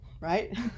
right